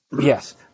Yes